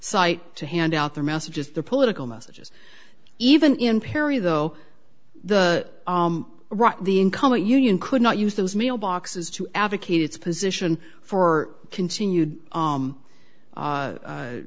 site to hand out their messages the political messages even in perry though the rock the incumbent union could not use those mailboxes to advocate its position for continued